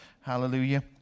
Hallelujah